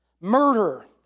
Murder